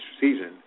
season